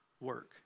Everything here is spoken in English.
work